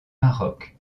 maroc